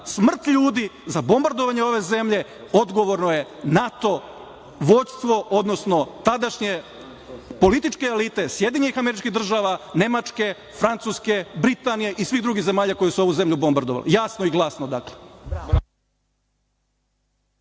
smrt ljudi, za bombardovanje ove zemlje odgovorno je NATO vođstvo, odnosno tadašnje političke elite SAD, Nemačke, Francuske, Britanije i svih drugih zemalja koje su ovu zemlju bombardovale. Jasno i glasno, dakle.